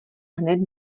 hned